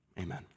Amen